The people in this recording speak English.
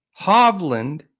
Hovland